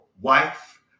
wife